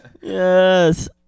Yes